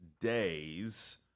days